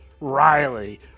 Riley